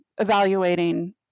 evaluating